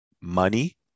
money